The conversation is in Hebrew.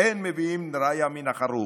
"אין מביאים ראיה מן החרוב.